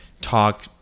talk